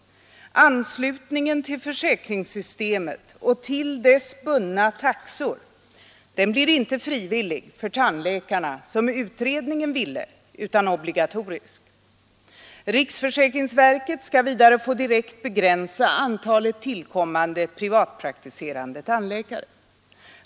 Anslutningen till försäkringssystemet och till dess bundna taxor blir inte frivillig för tandläkarna, som utredningen ville, utan obligatorisk. Riksförsäkringsverket skall vidare få direkt begränsa antalet tillkommande privatpraktiserande tandläkare.